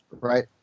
right